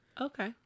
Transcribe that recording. okay